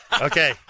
Okay